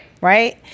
Right